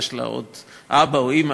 יש לה עוד אבא או אימא,